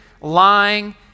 lying